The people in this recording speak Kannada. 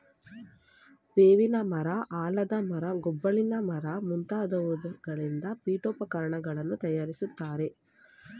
ಬೇವಿನ ಮರ, ಆಲದ ಮರ, ಗೊಬ್ಬಳಿ ಮರ ಮುಂತಾದವರಿಂದ ಪೀಠೋಪಕರಣಗಳನ್ನು ತಯಾರಿಸ್ತರೆ